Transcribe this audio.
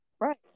Right